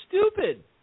stupid